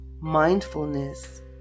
mindfulness